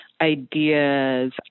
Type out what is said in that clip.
ideas